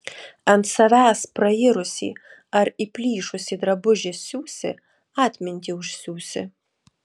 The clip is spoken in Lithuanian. ant savęs prairusį ar įplyšusį drabužį siūsi atmintį užsiūsi